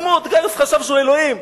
כמו, גאיוס חשב שהוא אלוהים.